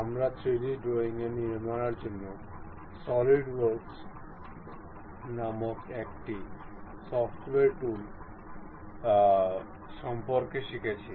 আমরা 3D drawing নির্মাণের জন্য সলিডওয়ার্কস নামক একটি সফ্টওয়্যার টুল সম্পর্কে শিখছি